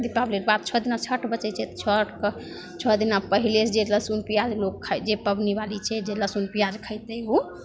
दीपावली रऽ छओ दिना बाद छठि बचै छै तऽ छठिके छओ दिना पहिलेसे जे लहसुन पिआज लोक खाइ जे पबनीवाली छै जे लहसुन पिआज खएतै ओ